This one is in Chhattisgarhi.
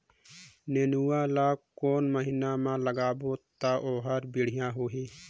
नेनुआ ला कोन महीना मा लगाबो ता ओहार बेडिया होही?